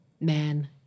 man